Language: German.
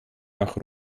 nach